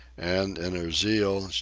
and in her zeal,